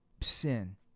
sin